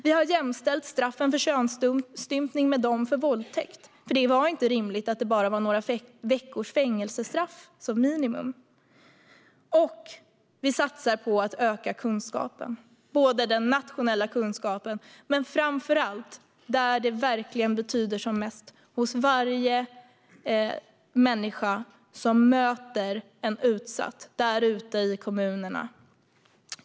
Vi har jämställt straffen för könsstympning med dem för våldtäkt, för det var inte rimligt att det bara var några veckors fängelsestraff som minimum. Vi satsar också på att öka kunskapen, även nationellt, men framför allt där den betyder som mest: hos varje människa som möter en utsatt ute i kommunerna.